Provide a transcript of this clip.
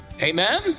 Amen